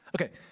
Okay